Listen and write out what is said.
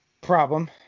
problem